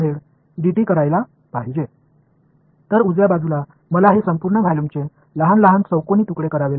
எனவே வலது புறத்தில் இந்த முழு வால்யூமை நான் சிறிய க்யூப்ஸாக வெட்ட வேண்டும்